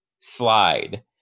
slide